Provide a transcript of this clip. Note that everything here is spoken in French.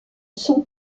son